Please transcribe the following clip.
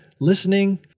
listening